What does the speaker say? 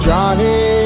Johnny